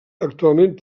actualment